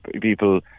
people